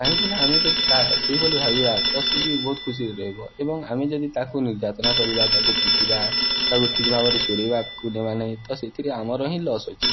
କାହିଁକିନା ଆମେ ଯଦି ତାହା ସେହିଭଳି ଭାବିବା ତ ସେ ବି ବହୁତ ଖୁସିରେ ରହିବ ଏବଂ ଆମେ ଯଦି ତାକୁ ନିର୍ଯାତନା କରିବା ତାକୁ ପିଟିବା ତାକୁ ଠିକ ଭାବରେ ଚରାଇବାକୁ ନେବା ନାହିଁ ତ ସେଥିରେ ଆମର ହିଁ ଲସ୍ ଅଛି